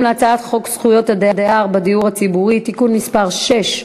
ההצעה להעביר את הצעת חוק הדיור הציבורי (זכויות רכישה) (תיקון מס' 7)